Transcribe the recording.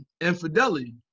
infidelity